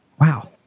wow